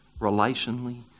relationally